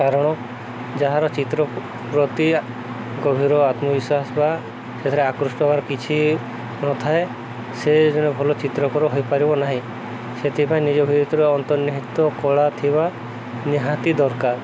କାରଣ ଯାହାର ଚିତ୍ର ପ୍ରତି ଗଭୀର ଆତ୍ମବିଶ୍ୱାସ ବା ସେଥିରେ ଆକୃଷ୍ଟ କିଛି ନଥାଏ ସେ ଭଲ ଚିତ୍ରକର ହୋଇପାରିବ ନାହିଁ ସେଥିପାଇଁ ନିଜ ଭିତରେ ଅନ୍ତର୍ନିହିତ କଳା ଥିବା ନିହାତି ଦରକାର